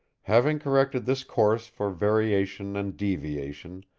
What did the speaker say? having corrected this course for variation and deviation,